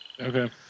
Okay